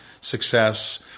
success